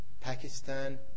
Pakistan